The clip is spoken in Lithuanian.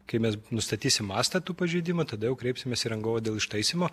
kai mes nustatysim mastą tų pažeidimų tada jau kreipsimės į rangovą dėl ištaisymo